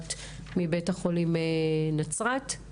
שקיבלת מבית החולים בנצרת,